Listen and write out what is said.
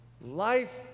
Life